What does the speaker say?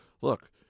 look